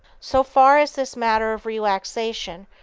so far as this matter of relaxation,